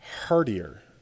heartier